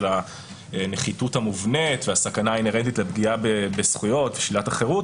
של הנחיתות המובנית והסכנה האינהרנטית לפגיעה בזכויות ושלילת החירות